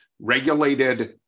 regulated